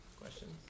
questions